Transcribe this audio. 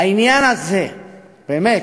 העניין הזה באמת,